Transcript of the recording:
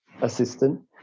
assistant